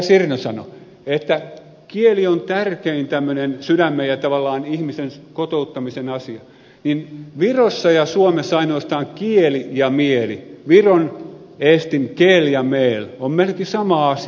sirnö sanoi kieli on tärkein sydämen ja tavallaan ihmisen kotouttamisen asia niin virossa ja suomessa ainoastaan kieli ja mieli viron tai eestin keel ja meel on melkein sama asia